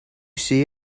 see